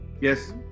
Yes